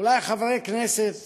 אולי חברי כנסת